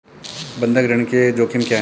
बंधक ऋण के जोखिम क्या हैं?